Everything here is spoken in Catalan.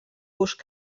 gust